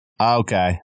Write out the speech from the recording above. Okay